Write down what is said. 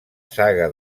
saga